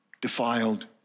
defiled